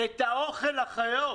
צמצמו את האוכל לחיות.